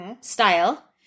style